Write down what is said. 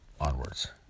onwards